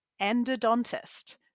endodontist